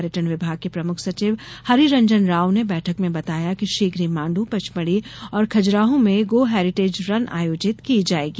पर्यटन विभाग के प्रमुख सचिव हरि रंजन राव ने बैठक में बताया कि शीघ्र ही माँड्र पचमढ़ी और खजुराहो में गो हेरीटेज रन आयोजित की जायेगी